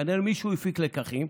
כנראה מישהו הפיק לקחים,